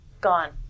Gone